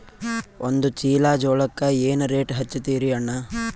ಒಂದ ಚೀಲಾ ಜೋಳಕ್ಕ ಏನ ರೇಟ್ ಹಚ್ಚತೀರಿ ಅಣ್ಣಾ?